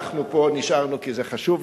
אנחנו נשארנו פה כי זה חשוב לנו.